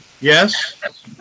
Yes